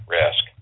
risk